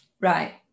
Right